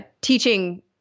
Teaching